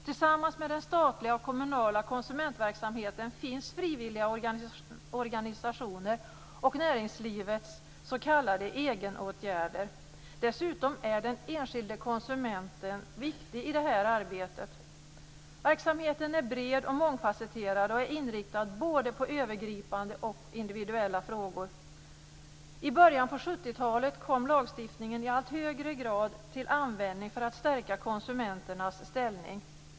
Förutom den statliga och kommunala konsumentverksamheten finns frivilliga organisationer och näringslivets s.k. egenåtgärder. Dessutom är den enskilde konsumenten viktig i det här arbetet. Verksamheten är bred och mångfacetterad. Den är inriktad både på övergripande frågor och på individuella frågor. I början av 70-talet kom lagstiftning i allt högre grad till användning för att stärka konsumenternas ställning.